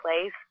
place